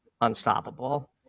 unstoppable